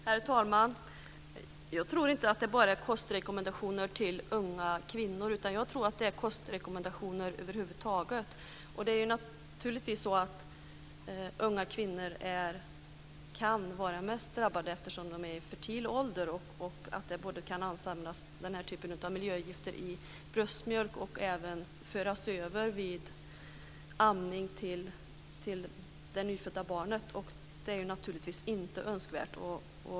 Herr talman! Jag tror inte att det bara är kostrekommendationer till unga kvinnor som behövs utan snarare kostrekommendationer över huvud taget. Naturligtvis kan unga kvinnor vara mest drabbade för att de är i fertil ålder och för att den här typen av miljögifter kan ansamlas i bröstmjölk och även föras över till det nyfödda barnet vid amning. Det är naturligtvis inte önskvärt.